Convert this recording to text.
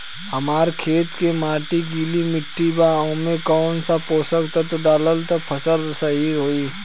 हमार खेत के माटी गीली मिट्टी बा ओमे कौन सा पोशक तत्व डालम त फसल सही होई?